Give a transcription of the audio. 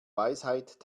weisheit